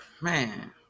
Man